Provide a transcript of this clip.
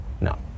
No